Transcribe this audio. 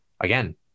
again